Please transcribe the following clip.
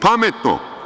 Pametno.